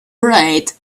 relate